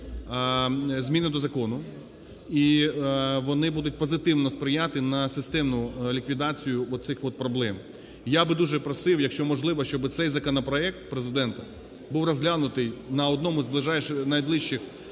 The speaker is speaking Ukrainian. зміни до закону, і вони будуть позитивно сприяти на системну ліквідацію оцих от проблем. Я би дуже просив, якщо можливо, щоби цей законопроект Президента був розглянутий на одному з найближчих